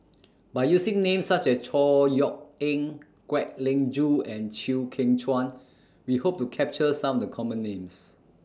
By using Names such as Chor Yeok Eng Kwek Leng Joo and Chew Kheng Chuan We Hope to capture Some The Common Names